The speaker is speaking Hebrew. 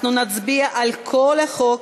אנחנו נצביע על כל החוק,